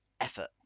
effort